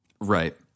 Right